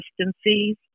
consistencies